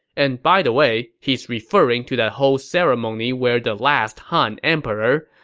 and by the way he's referring to that whole ceremony where the last han emperor,